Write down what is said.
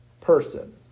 person